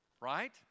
right